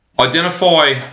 Identify